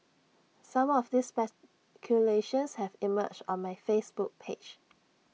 some of these speculations have emerged on my Facebook page